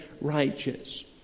righteous